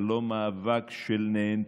זה לא מאבק של נהנתנים,